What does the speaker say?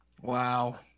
wow